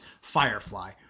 firefly